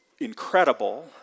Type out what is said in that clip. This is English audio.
incredible